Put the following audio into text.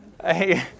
Hey